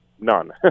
none